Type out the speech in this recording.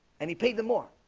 and he paid them more.